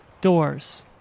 doors